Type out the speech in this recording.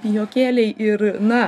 pijokėliai ir na